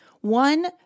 one